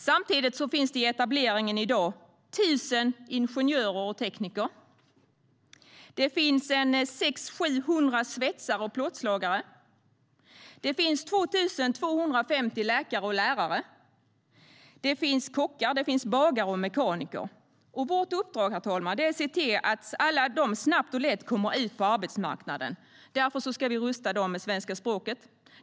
Samtidigt finns det i etableringen i dag 1 000 ingenjörer och tekniker. Det finns 600-700 svetsare och plåtslagare. Det finns 2 250 läkare och lärare. Det finns kockar, bagare och mekaniker. Vårt uppdrag, herr talman, är att se till att alla de snabbt och lätt kommer ut på arbetsmarknaden. Därför ska vi rusta dem med svenska språket.